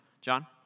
John